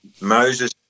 Moses